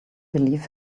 believe